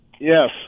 Yes